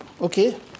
okay